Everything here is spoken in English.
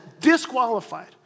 disqualified